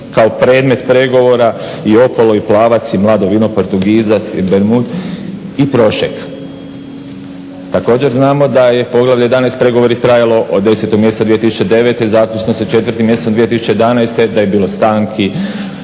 kao predmet pregovora i Opalo i Plavac i Mlado vino Portugizac i … i Prošek. Također znamo da je poglavlje 11 pregovori trajalo od 10.mjeseca 2009., zaključno sa 4. mjesecom 2011., da je bilo stanki,